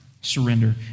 surrender